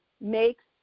makes